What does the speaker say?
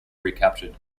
recaptured